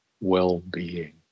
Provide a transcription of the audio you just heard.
well-being